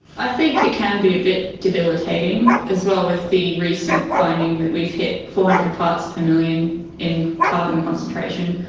i think it can be a bit debilitating as well with the recent finding that we've hit four hundred parts per million in carbon concentration.